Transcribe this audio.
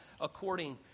according